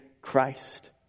Christ